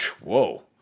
whoa